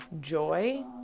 joy